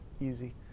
easy